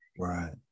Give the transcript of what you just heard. right